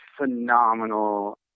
phenomenal